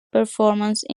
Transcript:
performance